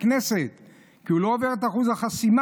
כנסת כי הוא לא עובר את אחוז החסימה.